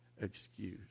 excuse